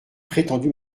prétendu